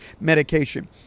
medication